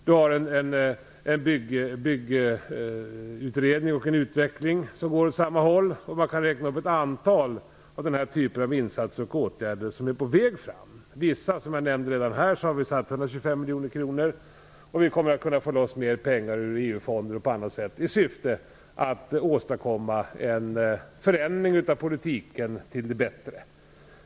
Vi har Byggutredningen och en utveckling som går åt samma håll. Jag skulle kunna räkna upp ett antal insatser och åtgärder som är på väg fram. För vissa åtgärder har vi, som jag nämnde, satsat 125 miljoner kronor, och vi kommer att få loss mer pengar ur EU-fonder och på annat sätt i syfte att åstadkomma en förändring av politiken till det bättre.